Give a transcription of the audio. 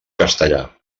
castellà